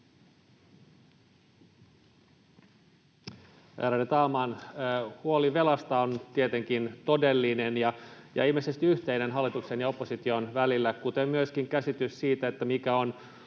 Huoli velasta on tietenkin todellinen ja ilmeisesti yhteinen hallituksen ja opposition välillä kuten myöskin käsitys siitä, mikä on